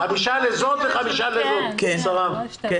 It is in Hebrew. חמישה מיליון לקרן אחת ועוד חמישה מיליון לקרן שנייה.